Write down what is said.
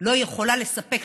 לא יכולה לספק,